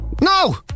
no